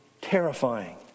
terrifying